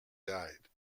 died